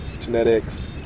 genetics